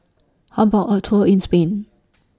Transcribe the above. How about A Tour in Spain